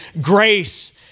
grace